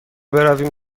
برویم